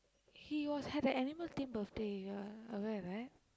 he was at the animal theme birthday your aware right